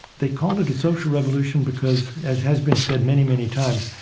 they called it a social revolution because, as has been said many, many times,